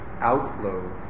outflows